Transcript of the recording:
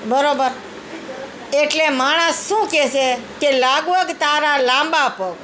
બરાબર એટલે માણસ શું કહે છે કે લાગવગ તારા લાંબા પગ